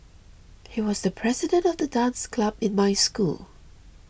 he was the president of the dance club in my school